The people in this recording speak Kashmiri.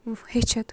ہیٚچھِتھ